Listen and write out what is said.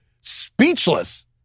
speechless